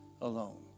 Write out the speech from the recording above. alone